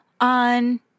on